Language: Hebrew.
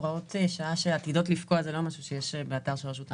הוראת שעה שעתידות לפקוע זה לא משהו שיש באתר של רשות המיסים.